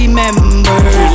members